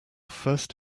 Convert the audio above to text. first